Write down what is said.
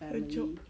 a joke